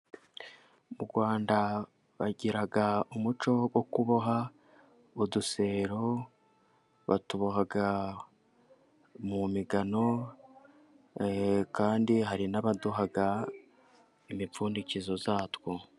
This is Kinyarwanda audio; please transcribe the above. Mu Rwanda bagira umuco wo kuboha udusero, batuboha mu migano, kandi hari n'abaduha imipfundikizo yatwo.